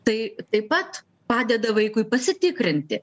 tai taip pat padeda vaikui pasitikrinti